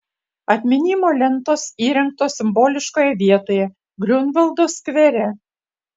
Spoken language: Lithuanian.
atminimo lentos įrengtos simboliškoje vietoje griunvaldo skvere